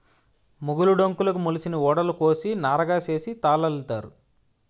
మొగులు డొంకలుకు మొలిసిన ఊడలు కోసి నారగా సేసి తాళల్లుతారు